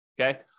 okay